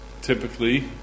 typically